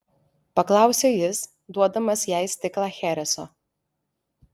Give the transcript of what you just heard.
paklausė jis duodamas jai stiklą chereso